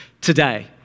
today